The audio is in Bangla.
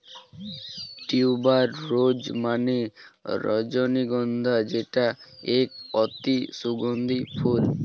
টিউবার রোজ মানে রজনীগন্ধা যেটা এক অতি সুগন্ধি ফুল